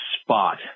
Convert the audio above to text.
spot